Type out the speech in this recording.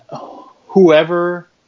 whoever